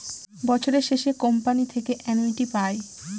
বছরের শেষে কোম্পানি থেকে অ্যানুইটি পায়